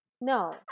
No